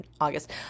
August